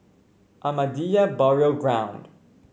Ahmadiyya Burial Ground